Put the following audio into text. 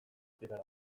zirela